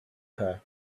her